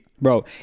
Bro